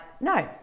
no